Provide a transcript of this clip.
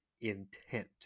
intent